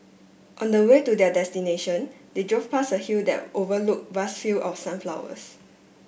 on the way to their destination they drove past a hill that overlook vast field of sunflowers